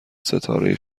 ستاره